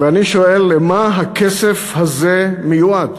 ואני שואל: למה הכסף הזה מיועד?